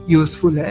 useful